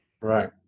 Right